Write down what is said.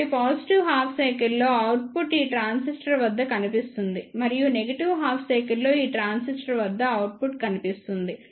కాబట్టి positive half cycle లో output ఈ ట్రాన్సిస్టర్ వద్ద కనిపిస్తుంది మరియు నెగిటివ్ హాఫ్ సైకిల్ లో ఈ ట్రాన్సిస్టర్ వద్ద అవుట్పుట్ కనిపిస్తుంది